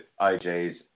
IJs